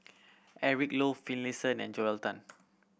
Eric Low Finlayson and Joel Tan